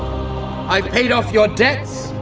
i've paid off your debts,